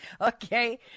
Okay